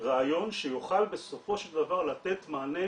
רעיון שיוכל בסופו של דבר לתת מענה